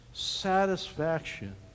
Satisfaction